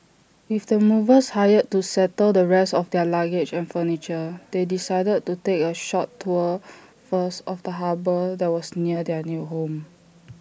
with the movers hired to settle the rest of their luggage and furniture they decided to take A short tour first of the harbour that was near their new home